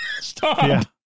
Stop